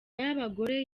y’abagore